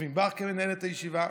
צופים בך כמנהלת הישיבה,